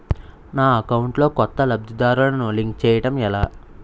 నా అకౌంట్ లో కొత్త లబ్ధిదారులను లింక్ చేయటం ఎలా?